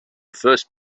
first